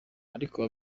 ariko